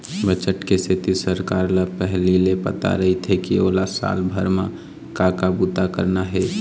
budget के सेती सरकार ल पहिली ले पता रहिथे के ओला साल भर म का का बूता करना हे